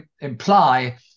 imply